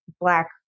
black